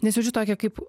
nes jaučiu tokią kaip